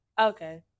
Okay